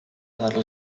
dallo